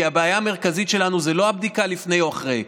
כי הבעיה המרכזית שלנו היא לא הבדיקה לפני או אחרי,